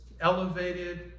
elevated